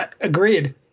Agreed